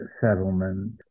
settlement